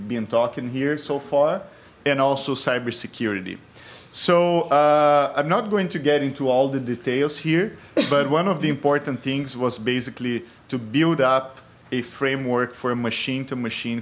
been talking here so far and also cyber security so not going to get into all the details here but one of the important things was basically to build up a framework for machine to machine